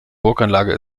burganlage